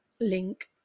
link